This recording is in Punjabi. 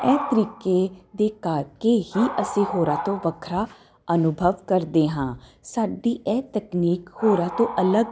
ਇਹ ਤਰੀਕੇ ਦੇ ਕਰਕੇ ਹੀ ਅਸੀਂ ਹੋਰਾਂ ਤੋਂ ਵੱਖਰਾ ਅਨੁਭਵ ਕਰਦੇ ਹਾਂ ਸਾਡੀ ਇਹ ਤਕਨੀਕ ਹੋਰਾਂ ਤੋਂ ਅਲੱਗ